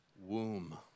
Womb